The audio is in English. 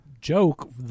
joke